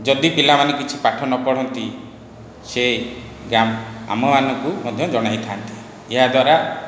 ଯଦି ପିଲାମାନେ କିଛି ପାଠ ନପଢ଼ନ୍ତି ସେ ଆମମାନଙ୍କୁ ମଧ୍ୟ ଜଣାଇଥାନ୍ତି ଏହା ଦ୍ଵାରା